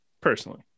personally